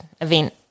event